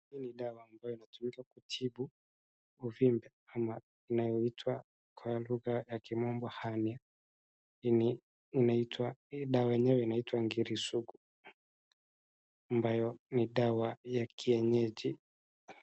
Hii ni dawa ambayo inatumika kutibu uvimbe, ama inayoitwa kwa lugha ya kimombo hernia . Hii ni, inaitwa, dawa yenyewe inaitwa Ngiri Sugu, ambayo ni dawa ya kienyeji.